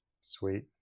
Sweet